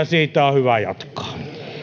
siitä on hyvä jatkaa